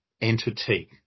entity